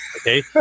Okay